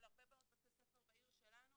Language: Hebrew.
על הרבה מאוד בתי ספר בעיר שלנו,